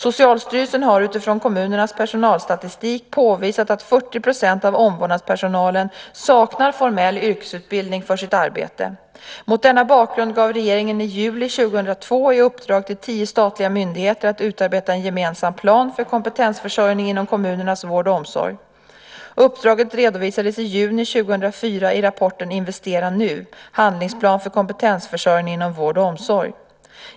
Socialstyrelsen har utifrån kommunernas personalstatistik påvisat att 40 % av omvårdnadspersonalen saknar formell yrkesutbildning för sitt arbete. Mot denna bakgrund gav regeringen i juli 2002 i uppdrag till tio statliga myndigheter att utarbeta en gemensam plan för kompetensförsörjning inom kommunernas vård och omsorg. Uppdraget redovisades i juni 2004 i rapporten Investera nu! Handlingsplan för kompetensförsörjning inom vård och omsorg .